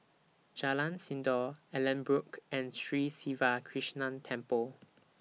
Jalan Sindor Allanbrooke Road and Sri Siva Krishna Temple